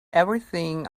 everything